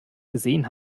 gesehen